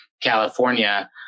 California